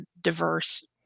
diverse